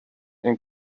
and